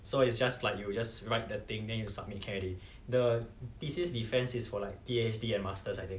so it's just like you just write the thing then you submit can already the thesis defence is for like P_H_D and masters I think